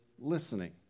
listening